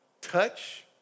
touch